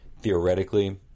theoretically